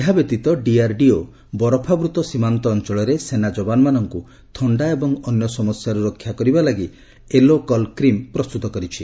ଏହା ବ୍ୟତୀତ ଡିଆରଡିଓ ବରଫାବୃତ ସୀମାନ୍ତ ଅଞ୍ଚଳରେ ସେନା ଯବାନମାନଙ୍କୁ ଥଣ୍ଡା ଏବଂ ଅନ୍ୟ ସମସ୍ୟାରୁ ରକ୍ଷା କରିବା ଲାଗି ଏଲୋକଲ କ୍ରିମ୍ ପ୍ରସ୍ତୁତ କରିଛି